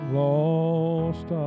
lost